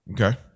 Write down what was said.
Okay